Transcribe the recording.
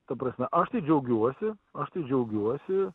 ta prasme aš tai džiaugiuosi aš tai džiaugiuosi